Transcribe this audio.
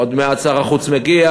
עוד מעט שר החוץ מגיע,